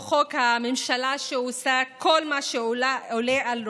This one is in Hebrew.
או חוק הממשלה שעושה כל מה שעולה על רוחה,